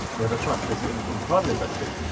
yeah, that's right because in in private investing,